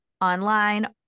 online